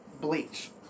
Bleach